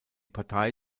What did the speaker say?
partei